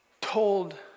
told